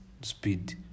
speed